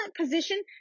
position